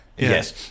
Yes